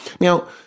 Now